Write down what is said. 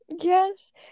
yes